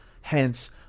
hence